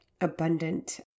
abundant